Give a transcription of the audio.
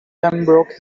pembroke